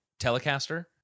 telecaster